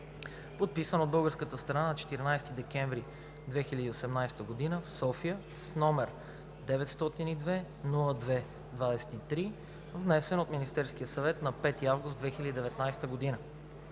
подписан от българската страна на 14 декември 2018 г. в София, № 902-02-23, внесен от Министерския съвет на 5 август 2019 г.